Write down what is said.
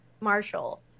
Marshall